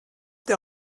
der